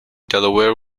delaware